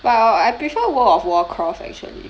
but I wou~ I prefer world of warcraft actually